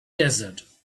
desert